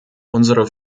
unsere